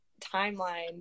timeline